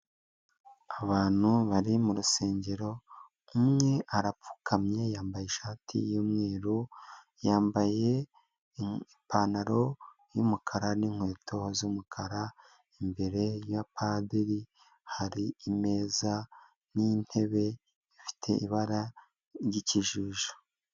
Abantu bari mu rusengero, umwe arapfukamye yambaye ishati y'umweru, yambaye ipantaro y'umukara n'inkweto z'umukara, imbere ya padiri hari imeza n'intebe ifite ibara ry'ikijuju.